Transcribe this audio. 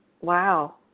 wow